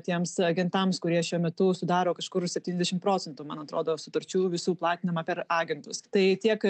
tiems agentams kurie šiuo metu sudaro kažkur septyniasdešimt procentų man atrodo sutarčių visų platinimą per agentus tai tiek